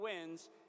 wins